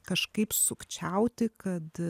kažkaip sukčiauti kad